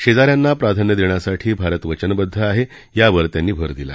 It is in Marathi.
शेजाऱ्यांना प्राधान्य देण्यासाठी भारत वचनबद्ध आहे यावर त्यांनी भर दिला